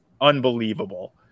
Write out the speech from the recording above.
unbelievable